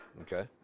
okay